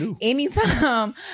Anytime